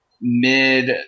mid